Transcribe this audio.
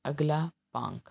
ਅਗਲਾ ਭਾਗ